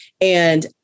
and-